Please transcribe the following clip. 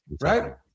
right